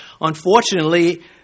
Unfortunately